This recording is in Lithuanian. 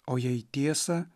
o jei tiesa